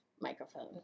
microphone